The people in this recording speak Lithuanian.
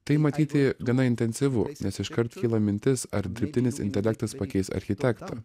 tai matyti gana intensyvu nes iškart kyla mintis ar dirbtinis intelektas pakeis architektą